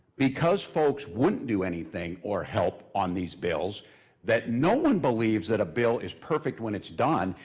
because folks wouldn't do anything or help on these bills that no one believes that a bill is perfect when it's done!